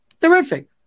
Terrific